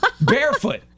Barefoot